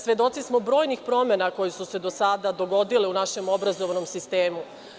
Svedoci smo brojnih promena koje su se do sada dogodile u našem obrazovnom sistemu.